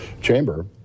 chamber